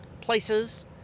places